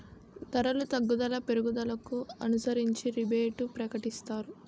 ధరలు తగ్గుదల పెరుగుదలను అనుసరించి రిబేటు ప్రకటిస్తారు